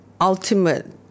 ultimate